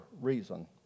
reason